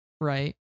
Right